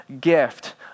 gift